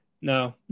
No